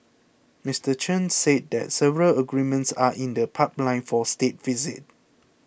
Mister Chen said that several agreements are in the pipeline for State Visit